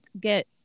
get